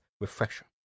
refresher